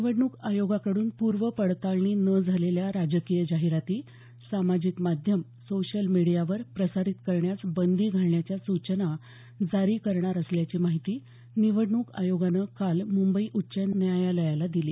निवडणूक आयोगाकडून पूर्वपडताळणी न झालेल्या राजकीय जाहिराती सामाजिक माध्यम सोशियल मिडीयावर प्रसारीत करण्यास बंदी घालण्याच्या सूचना जारी करणार असल्याची माहिती निवडणूक आयोगानं काल मुंबई उच्च न्यायालयाला दिली